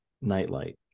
nightlight